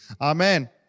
amen